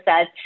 says